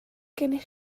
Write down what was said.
gennych